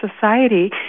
society